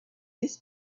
this